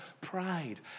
pride